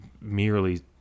merely